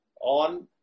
on